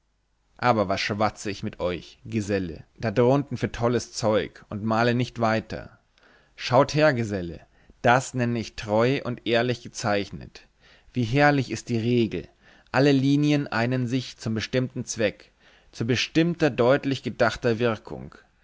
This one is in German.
aber was schwatze ich mit euch geselle da drunten für tolles zeug und male nicht weiter schaut her geselle das nenne ich treu und ehrlich gezeichnet wie herrlich ist die regel alle linien einen sich zum bestimmten zweck zu bestimmter deutlich gedachter wirkung